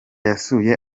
yasuye